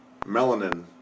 melanin